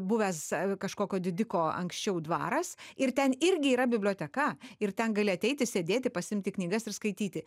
buvęs kažkokio didiko anksčiau dvaras ir ten irgi yra biblioteka ir ten gali ateiti sėdėti pasiimti knygas ir skaityti